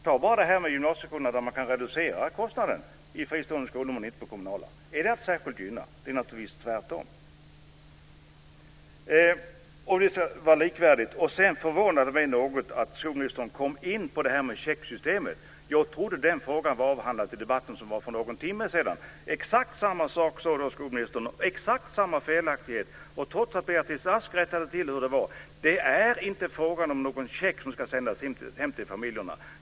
Se bara på gymnasieskolorna, där man kan reducera kostnaden i fristående skolor men inte i kommunala skolor. Är det att särskilt gynna de fristående skolorna? Nej, det är naturligtvis tvärtom. Det förvånar mig något att skolministern kom in på förslaget om checksystem. Jag trodde den frågan avhandlades i debatten för någon timme sedan. Då sade skolministern exakt samma felaktighet, trots att Beatrice Ask förklarade hur det skulle vara. Det är inte fråga om någon check som ska sändas hem till familjerna.